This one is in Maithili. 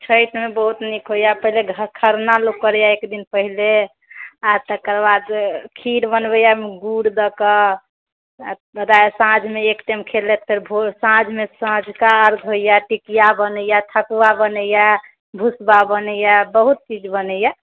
छठिमे बहुत नीक होइया पहिले खरना लोक करैया एकदिन पहिले आ तकरबाद खीर बनबैया गुड़ दयके राति साँझमे एक टाइम खेलैथि फेर भोर साँझमे सौंझका अर्घ होइया टिकिया बनैया ठकुआ बनैया भुसवा बनैया बहुत चीज बनैया